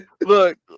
look